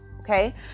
Okay